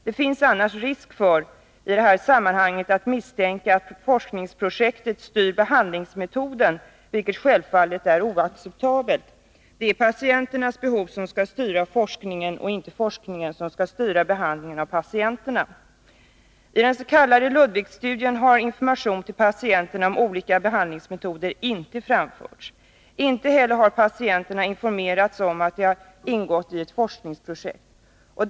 Det finns annars i det här sammanhanget risk för att misstänka att forskningsprojektet styr behandlingsmetoden, vilket självfallet är oacceptabelt. Det är patienternas behov som skall styra forskningen och inte forskningen som skall styra behandlingen av patienterna. I den s.k. Ludwigstudien har information till patienterna om olika behandlingsmetoder inte framförts. Inte heller har patienterna informerats om att de har ingått i ett forskningsprojekt.